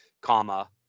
comma